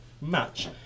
match